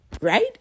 right